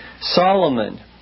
Solomon